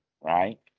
right